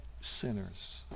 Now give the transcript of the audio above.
sinners